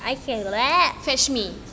I feel that